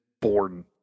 born